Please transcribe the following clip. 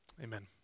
Amen